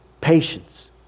patience